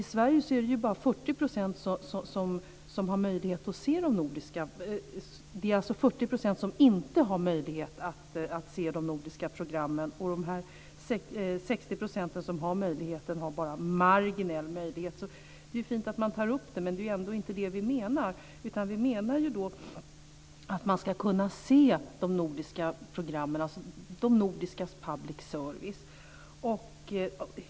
I Sverige har 40 % inte möjlighet att se de övriga nordiska ländernas program. De resterande 60 procenten har bara en marginell sådan möjlighet. Det är fint att det här nämns, men det är inte det som vi syftar på. Vi menar att man ska kunna se de nordiska public service-programmen.